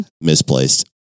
Misplaced